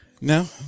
No